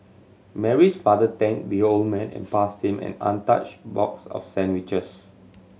Mary's father thanked the old man and passed him an untouched box of sandwiches